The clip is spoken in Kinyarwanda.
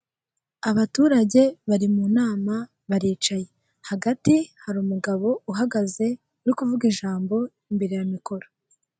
Abaturage bari mu nama baricaye. Hagati hari umugabo uhagaze no kuvuga ijambo, imbere ya mikoro.